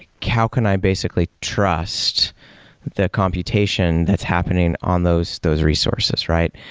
how can i basically trust the computation that's happening on those those resources, right?